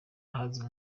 ahazwi